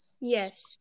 Yes